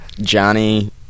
Johnny